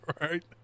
right